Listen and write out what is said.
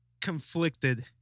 conflicted